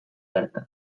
bertan